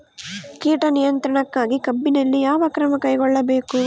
ಕೇಟ ನಿಯಂತ್ರಣಕ್ಕಾಗಿ ಕಬ್ಬಿನಲ್ಲಿ ಯಾವ ಕ್ರಮ ಕೈಗೊಳ್ಳಬೇಕು?